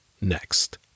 next